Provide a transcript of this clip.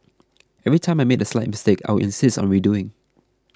every time I made a slight mistake I would insist on redoing